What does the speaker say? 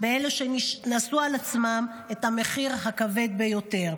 באלה שנשאו על עצמם את המחיר הכבד ביותר?